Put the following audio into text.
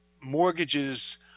mortgages